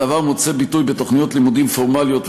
הדבר מוצא ביטוי בתוכניות לימודים פורמליות ובלתי-פורמליות,